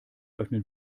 öffnen